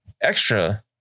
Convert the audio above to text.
extra